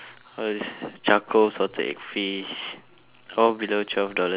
charcoal salted egg fish all below twelve dollars